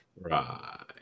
Right